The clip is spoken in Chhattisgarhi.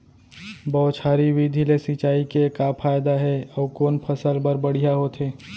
बौछारी विधि ले सिंचाई के का फायदा हे अऊ कोन फसल बर बढ़िया होथे?